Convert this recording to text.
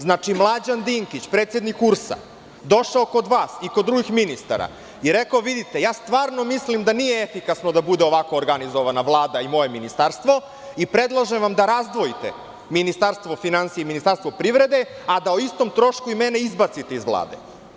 Znači, Mlađan Dinkić, predsednik URS, došao kod vas i kod drugih ministara i rekao – vidite stvarno mislim da nije efikasno da bude ovako organizovana Vlada i moje Ministarstvo i predlažem vam da razdvojite Ministarstvo finansija i Ministarstvo privrede, a da u istom trošku i mene izbacite iz Vlade.